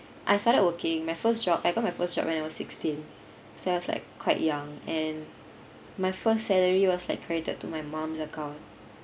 I started working my first job I got my first job when I was sixteen so I was like quite young and my first salary was like credited to my mum's account